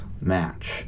match